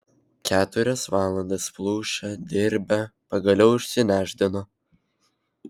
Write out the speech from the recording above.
keturias valandas plušę dirbę pagaliau išsinešdino